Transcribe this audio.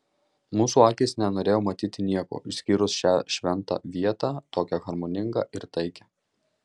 mūsų akys nenorėjo matyti nieko išskyrus šią šventą vietą tokią harmoningą ir taikią